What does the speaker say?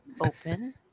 open